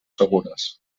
segures